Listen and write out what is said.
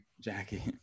jackie